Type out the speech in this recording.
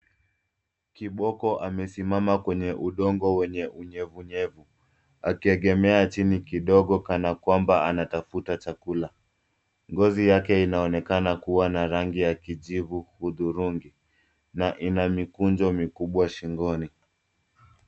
Kiboko amesimama kwenye udongo wenye unyevunyevu akiegemea chini kidogo kana kwamba anatafuta chakula. Ngozi yake inaonekana kuwa na rangi ya kijivu udhurungi na mikunjo mikubwa shingoni.